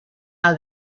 how